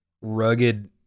rugged